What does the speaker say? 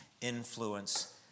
influence